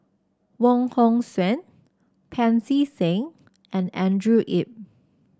Wong Hong Suen Pancy Seng and Andrew Yip